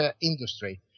industry